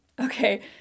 Okay